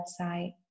website